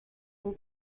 buca